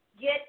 get